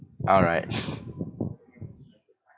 alright